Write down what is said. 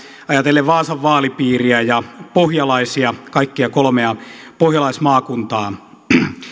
ajatellen vaasan vaalipiiriä ja pohjalaisia kaikkia kolmea pohjalaismaakuntaa